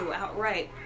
outright